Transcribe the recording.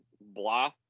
blah